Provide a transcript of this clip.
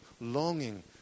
longing